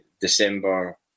December